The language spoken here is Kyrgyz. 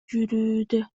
жүрүүдө